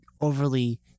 overly